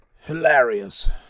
Hilarious